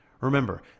Remember